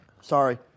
Sorry